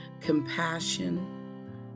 Compassion